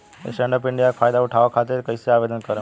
Stand up India के फाइदा उठाओ खातिर कईसे आवेदन करेम?